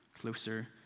closer